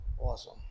Awesome